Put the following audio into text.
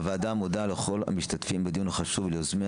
הוועדה מודה לכל המשתתפים בדיון החשוב וליוזמי